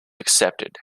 accepted